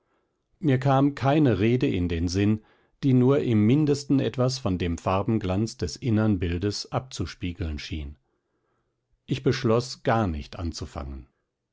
mir kam keine rede in den sinn die nur im mindesten etwas von dem farbenglanz des innern bildes abzuspiegeln schien ich beschloß gar nicht anzufangen